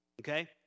okay